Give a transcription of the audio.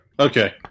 Okay